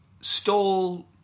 Stole